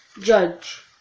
Judge